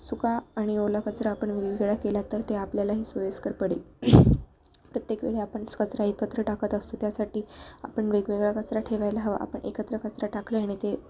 सुका आणि ओला कचरा आपण वेगवेगळा केला तर ते आपल्यालाही सोयस्कर पडेल प्रत्येक वेळी आपण कचरा एकत्र टाकत असतो त्यासाठी आपण वेगवेगळा कचरा ठेवायला हवा आपण एकत्र कचरा टाकल्याने ते